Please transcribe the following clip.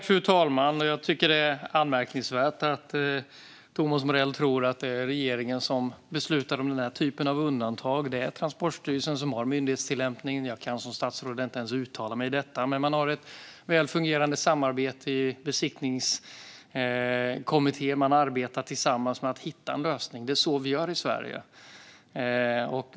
Fru talman! Det är anmärkningsvärt att Thomas Morell tror att det är regeringen som beslutar om den typen av undantag. Det är Transportstyrelsen som har myndighetstillämpningen. Som statsråd kan jag inte ens uttala mig om detta. Men man har ett väl fungerande samarbete i Besiktningskommittén och arbetar tillsammans för att hitta en lösning. Det är så vi gör i Sverige.